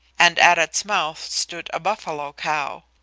and at its mouth stood a buffalo cow.